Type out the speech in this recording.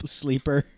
sleeper